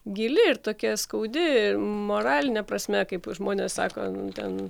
gili ir tokia skaudi moraline prasme kaip žmonės sako ten